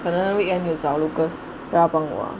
可能 weekend 有找 Lucas 其他朋友 ah